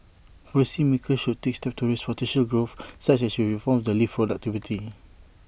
policy makers should take steps to raise potential growth such as reforms that lift productivity